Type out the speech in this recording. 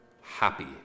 happy